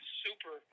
super